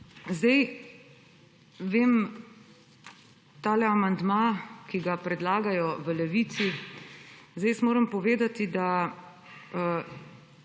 Vem, tale amandma, ki ga predlagajo v Levici, jaz moram povedati, da